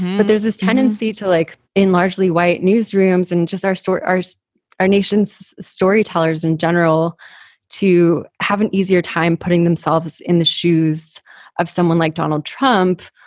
but there's this tendency to like in largely white newsrooms and just our sort of our our nation's storytellers in general to have an easier time putting themselves in the shoes of someone like donald trump,